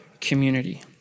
community